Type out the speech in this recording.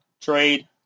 trade